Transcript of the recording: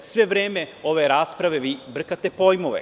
Sve vreme ove rasprave vi brkate pojmove.